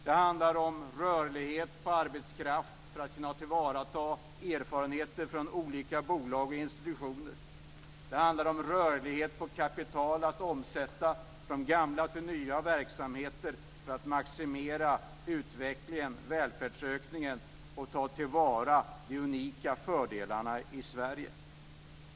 Det handlar om rörlighet inom arbetskraften för att erfarenheter från olika bolag och institutioner ska kunna tillvaratas. Det handlar om rörlighet hos kapital, så att det kan omsättas från gamla till nya verksamheter för att maximera utvecklingen och välfärdsökningen och ta till vara Sveriges unika fördelar.